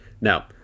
Now